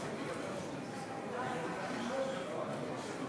קביעת חובת יידוע ומועד להעברת כספי תמיכות),